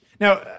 Now